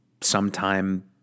sometime